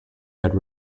had